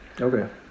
Okay